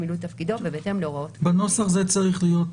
מילוי תפקידו ובהתאם להוראות כל דין." בנוסח זה צריך להיות,